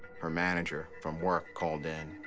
her manager from work called in,